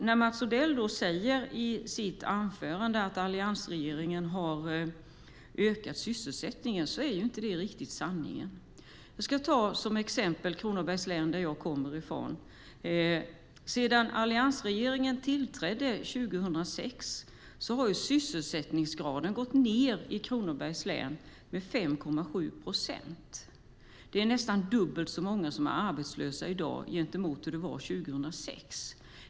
När Mats Odell i sitt anförande säger att alliansregeringen har ökat sysselsättningen är det inte riktigt sant. Jag ska som exempel ta Kronobergs län som jag kommer från. Sedan alliansregeringen tillträdde 2006 har sysselsättningsgraden i Kronobergs län gått ned med 5,7 procent. Det är nästan dubbelt så många som är arbetslösa i dag jämfört med hur det var 2006.